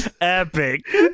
epic